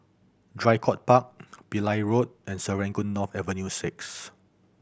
Draycott Park Pillai Road and Serangoon North Avenue Six